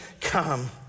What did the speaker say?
come